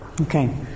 Okay